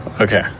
okay